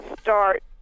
start